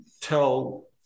tell